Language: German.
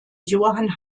johann